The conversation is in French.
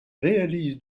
réalise